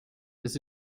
das